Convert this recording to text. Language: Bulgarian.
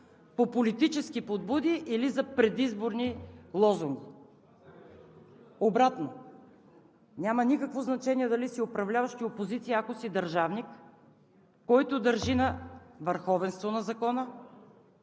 по политически подбуди или за предизборни лозунги. Обратно! Няма никакво значение дали си управляващ, или опозиция – ако си държавник, който държи на върховенството на закона,